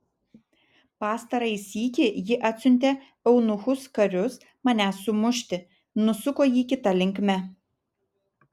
pastarąjį sykį ji atsiuntė eunuchus karius manęs sumušti nusuko jį kita linkme